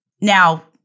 Now